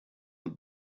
над